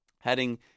heading